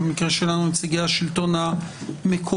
במקרה שלנו נציגי השלטון המקומי,